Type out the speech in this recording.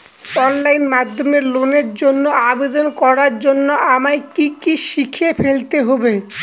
Online মাধ্যমে লোনের জন্য আবেদন করার জন্য আমায় কি কি শিখে ফেলতে হবে?